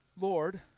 Lord